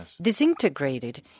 Disintegrated